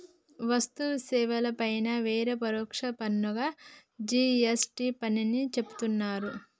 వస్తు సేవల పైన వేసే పరోక్ష పన్నుగా జి.ఎస్.టి పన్నుని చెబుతున్నరు